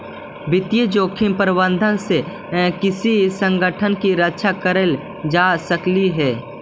वित्तीय जोखिम प्रबंधन से किसी संगठन की रक्षा करल जा सकलई हे